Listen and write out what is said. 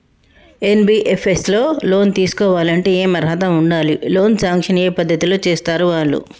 NBFS లో loan తీస్కోవాలంటే ఏం అర్హత ఉండాలి? లోన్ సాంక్షన్ ఏ పద్ధతి లో చేస్తరు వాళ్లు?